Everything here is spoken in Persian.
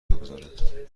بگذارند